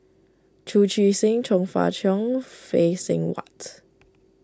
Chu Chee Seng Chong Fah Cheong Phay Seng Whatt